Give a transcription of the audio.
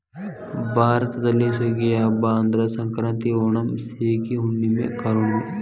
ಭಾರತದಲ್ಲಿ ಸುಗ್ಗಿಯ ಹಬ್ಬಾ ಅಂದ್ರ ಸಂಕ್ರಾಂತಿ, ಓಣಂ, ಸೇಗಿ ಹುಣ್ಣುಮೆ, ಕಾರ ಹುಣ್ಣುಮೆ